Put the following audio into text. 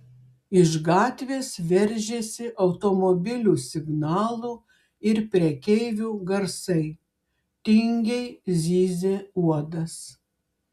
iš gatvės veržėsi automobilių signalų ir prekeivių garsai tingiai zyzė uodas